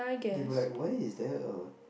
they'll be like why is there a